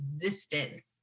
existence